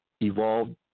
evolved